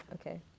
Okay